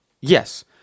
Yes